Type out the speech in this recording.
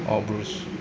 all bruise